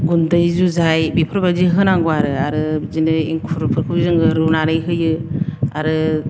गुन्दै जुजाय बेफोरबायदि होनांगौ आरो आरो बिदिनो एंखुरफोरखौ जोङो रुनानै होयो आरो